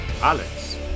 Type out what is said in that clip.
Alex